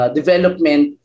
development